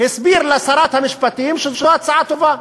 הסביר לשרת המשפטים שזאת הצעה טובה.